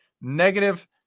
Negative